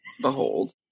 behold